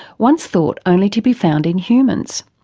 once thought only to be found in humans.